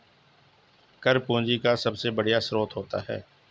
कर पूंजी का सबसे बढ़िया स्रोत होता है